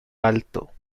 alto